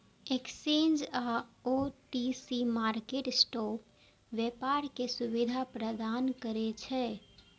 exchange आ OTC market spot व्यापार के सुविधा प्रदान करै छै